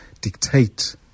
dictate